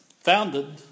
founded